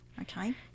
Okay